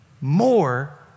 more